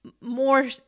more